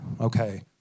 okay